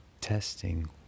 testing